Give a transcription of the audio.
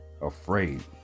afraid